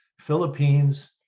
Philippines